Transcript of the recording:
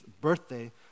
birthday